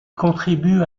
contribue